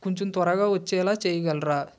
కొంచెం త్వరగా వచ్చేలా చేయగలరా